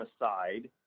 aside